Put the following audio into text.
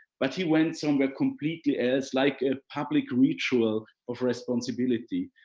but he went somewhere completely else, like a public ritual of responsibility.